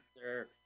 sir